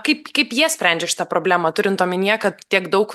kaip kaip jie sprendžia šitą problemą turint omenyje kad tiek daug